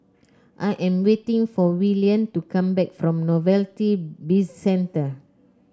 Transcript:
I am waiting for Willian to come back from Novelty Bizcentre